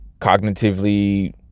cognitively